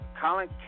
Colin